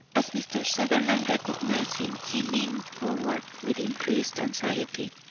as mr. sutherland recognised him he leaned forward with increased anxiety,